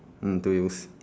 mm two wheels